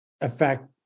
affect